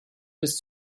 bis